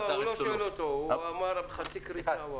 הוא לא שואל אותו, הוא אמר את זה בחצי קריצה.